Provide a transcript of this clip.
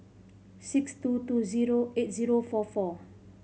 six two two zero eight zero four four